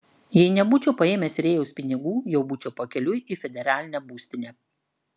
jei nebūčiau paėmęs rėjaus pinigų jau būčiau pakeliui į federalinę būstinę